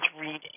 reading